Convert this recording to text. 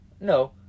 No